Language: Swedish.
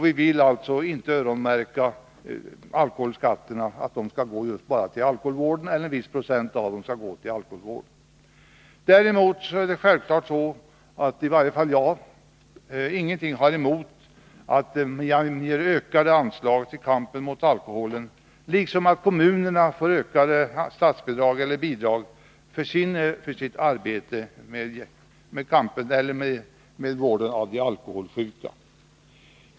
Vi vill alltså inte öronmärka alkoholskatterna, dvs. att de skall gå enbart till alkoholvården eller att viss procent av dem skall gå till alkoholvården. Däremot har i varje fall jag ingenting emot ökade anslag till kampen mot alkoholen. Inte heller har jag någonting emot att kommunerna får ökade bidrag för sitt arbete med vården av de alkoholsjuka.